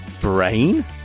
brain